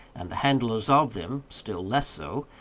and the handlers of them still less so,